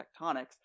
tectonics